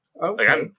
Okay